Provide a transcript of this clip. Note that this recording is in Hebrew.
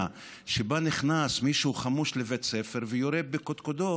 שבה נכנס מישהו חמוש לבית ספר ויורה בקדקודו,